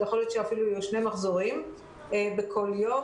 ויכול להיות שאפילו יהיו שני מחזורים בכל יום.